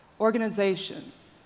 organizations